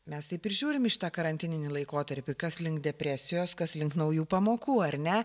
mes taip ir žiūrim į šitą karantininį laikotarpį kas link depresijos kas link naujų pamokų ar ne